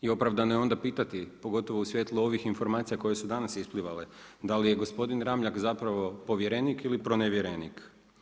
I opravdano je onda pitati, pogotovo u svjetlu ovih informacija koje su danas isplivale da li je gospodin Ramljak zapravo povjerenik ili pronevjerenik.